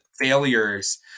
failures